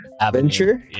adventure